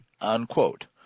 unquote